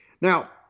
Now